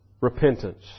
repentance